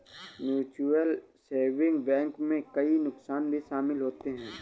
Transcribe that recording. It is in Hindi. म्यूचुअल सेविंग बैंक में कई नुकसान भी शमिल होते है